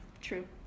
True